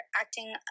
acting